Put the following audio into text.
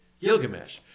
Gilgamesh